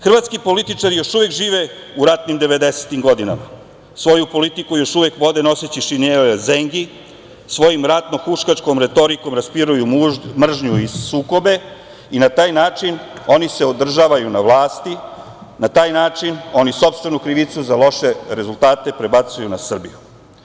Hrvatski političar još uvek žive u ratnim 90-im godinama, svoju politiku još uvek vode noseći šinjele zengi, svojim ratno-huškačkom retorikom raspiruju mržnju i sukobe i na taj način oni se održavaju na vlasti, na taj način oni sopstvenu krivicu za loše rezultate prebacuju na Srbiju.